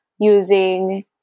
using